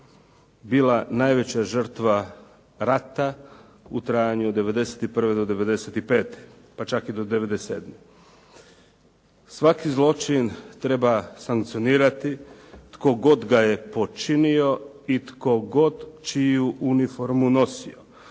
bila najveća žrtva rata u trajanju od 1991. do 1995. pa čak i do 1997. Svaki zločin treba sankcionirati tko god ga je počinio i tko god čiju uniformu nosio